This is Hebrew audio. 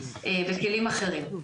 בכלים אחרים.